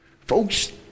Folks